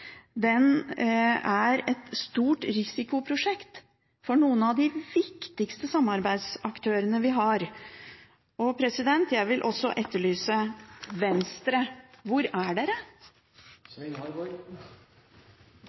er et stort risikoprosjekt for noen av de viktigste samarbeidsaktørene vi har. Jeg vil også etterlyse Venstre. Hvor er